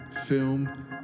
film